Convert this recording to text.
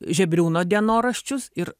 žebriūno dienoraščius ir